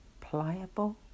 pliable